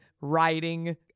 writing